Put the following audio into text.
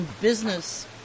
business